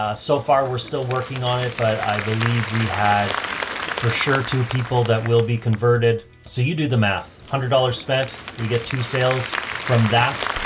ah so far we're still working on it, but i believe we had for sure two people that will be converted. so you do the math, one hundred dollars spent. we get two sales from that,